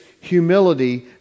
humility